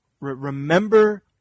remember